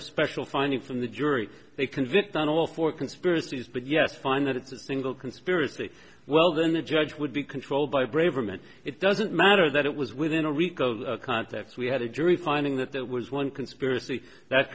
a special finding from the jury a convict on all four conspiracies but yes find that it's a single conspiracy well then the judge would be controlled by braverman it doesn't matter that it was within a rico context we had a jury finding that that was one conspiracy that